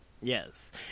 Yes